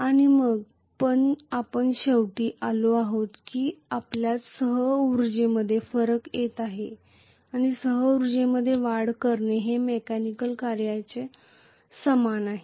आणि मग आपण शेवटी आलो आहोत की आपल्यात सह ऊर्जेमध्ये फरक येत आहे किंवा सह उर्जेमध्ये वाढ करणे हे मेकॅनिकल कार्याच्या समान आहे